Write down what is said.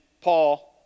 Paul